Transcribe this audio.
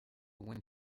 when